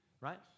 right